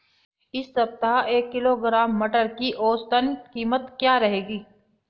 इस सप्ताह एक किलोग्राम मटर की औसतन कीमत क्या रहेगी?